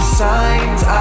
signs